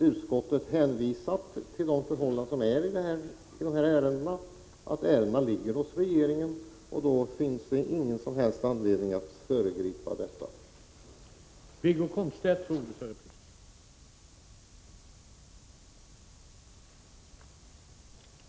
Utskottet har hänvisat till de förhållanden som råder, att ärendet ligger hos regeringen och att det då inte finns någon som helst anledning att föregripa regeringens handläggning.